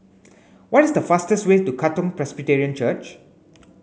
what is the fastest way to Katong Presbyterian Church